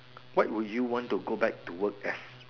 what would you want to go back to work as